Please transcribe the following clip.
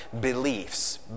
beliefs